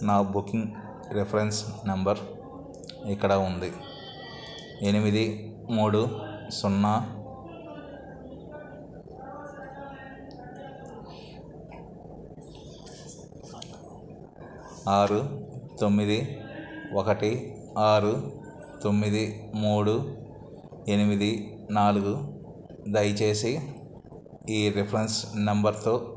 నా booking reference number ఇక్కడ ఉంది ఎనిమిది మూడు సున్నా ఆరు తొమ్మిది ఒకటి ఆరు తొమ్మిది మూడు ఎనిమిది నాలుగు దయచేసి ఈ రిఫ్రెన్స్ నంబర్తో